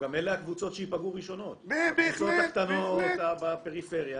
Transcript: גם אלה הקבוצות שייפגעו ראשונות הקבוצות הקטנות בפריפריה.